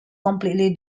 completely